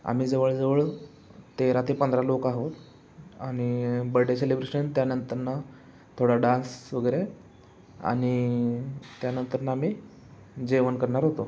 आम्ही जवळजवळ तेरा ते पंधरा लोक आहोत आणि बड्डे सेलिब्रेशन त्यानंतर ना थोडा डान्स वगैरे आणि त्यानंतर ना आम्ही जेवण करणार होतो